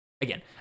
Again